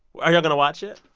are you all going to watch it?